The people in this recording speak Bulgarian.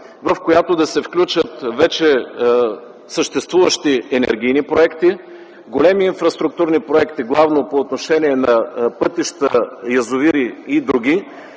в която да се включат вече съществуващи енергийни проекти, големи инфраструктурни проекти, главно по отношение на пътища, язовири и др.,